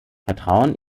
vertrauen